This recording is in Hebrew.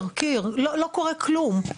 לא קורה כלום,